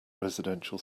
residential